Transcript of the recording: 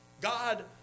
God